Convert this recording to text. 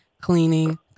Cleaning